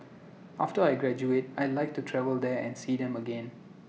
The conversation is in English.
after I graduate I'd like to travel there and see them again